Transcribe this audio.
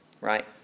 right